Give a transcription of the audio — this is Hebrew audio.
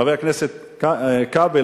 חבר הכנסת כבל,